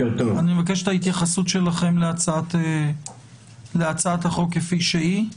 אני מבקש את ההתייחסות שלכם להצעת החוק כפי שהיא,